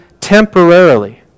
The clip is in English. temporarily